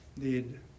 need